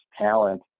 talent